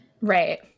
Right